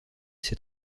c’est